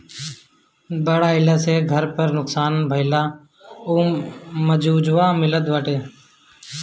बाढ़ आईला पे घर बार नुकसान भइला पअ मुआवजा मिलत हवे